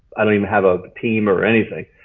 i don't even have a team or anything.